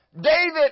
David